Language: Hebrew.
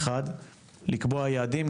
לקבוע יעדים,